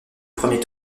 premier